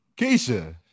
Keisha